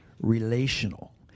relational